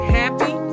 happy